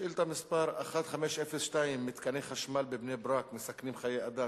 שאילתא מס' 1502: מתקני חשמל בבני-ברק מסכנים חיי אדם,